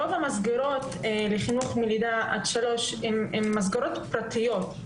רוב המסגרות לחינוך מלידה עד שלוש הן מסגרות פרטיות,